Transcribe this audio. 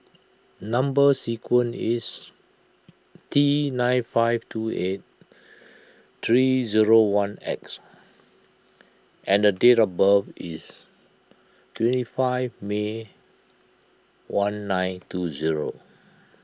Number Sequence is T nine five two eight three zero one X and date of birth is twenty five May one nine two zero